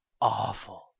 awful